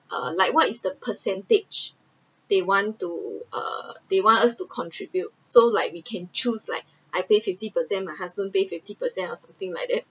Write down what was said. uh like what is the percentage they want to err they want us to contribute so like we can choose like I pay fifty percent my husband pay fifty percent or something like that